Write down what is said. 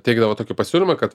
teikdavo tokį pasiūlymą kad